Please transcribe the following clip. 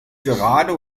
gerade